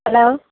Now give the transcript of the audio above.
hello